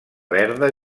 verda